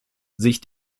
sich